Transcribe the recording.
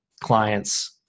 clients